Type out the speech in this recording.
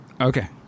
Okay